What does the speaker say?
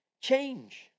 change